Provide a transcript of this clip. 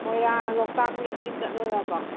ꯃꯣꯏꯔꯥꯡ ꯂꯣꯛꯇꯥꯛ ꯂꯦꯛꯇꯤ ꯆꯠꯂꯨꯔꯕꯣ